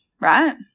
right